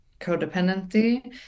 codependency